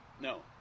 No